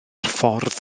ffordd